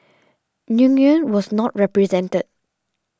Nguyen was not represented